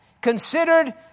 considered